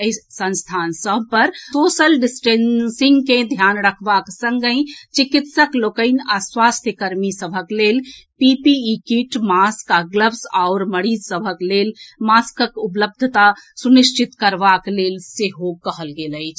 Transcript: एहि संस्थान सभ पर सोशल डिस्टेंसिंगक ध्यान रखबाक संगहि चिकित्सक लोकनि आ स्वास्थ्य कर्मी सभक लेल पीपीई किट मास्क आ ग्लब्स आओर मरीज सभक लेल मास्कक उपलब्धता सुनिश्चित करबाक लेल सेहो कहल गेल अछि